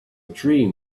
dream